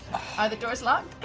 are the doors locked?